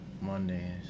Monday